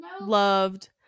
loved